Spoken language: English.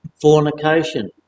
fornication